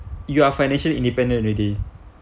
you are financially independent already